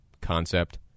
concept